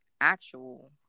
actual